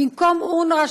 שבמקום אונר"א,